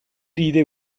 ride